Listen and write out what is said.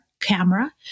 camera